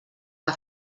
que